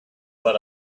but